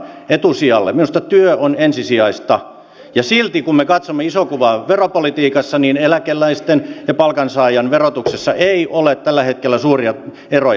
minusta työ on ensisijaista ja silti kun me katsomme isoa kuvaa veropolitiikassa eläkeläisten ja palkansaajan verotuksessa ei ole tällä hetkellä suuria eroja